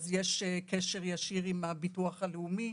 אז יש קשר ישיר עם הביטוח הלאומי.